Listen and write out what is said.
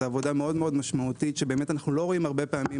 זה עבודה מאוד משמעותית שאנחנו לא רואים הרבה פעמים